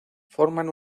forman